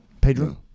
pedro